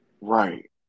Right